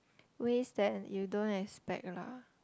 ways that you don't expect lah